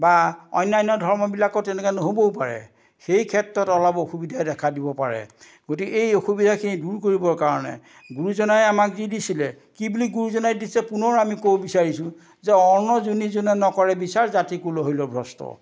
বা অন্যান্য ধৰ্মবিলাকৰ তেনেকুৱা নহ'বও পাৰে সেই ক্ষেত্ৰত অলপ অসুবিধাই দেখা দিব পাৰে গতিকে এই অসুবিধাখিনি দূৰ কৰিবৰ কাৰণে গুৰুজনাই আমাক যি দিছিলে কি বুলি গুৰুজনাই দিছে পুনৰ আমি ক'ব বিচাৰিছোঁ যে অন্ন যোনে যোনে নকৰে বিচাৰ জাতি কুল হৈল ভ্ৰস্ত